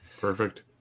Perfect